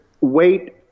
wait